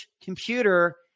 computer